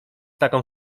taką